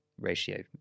ratio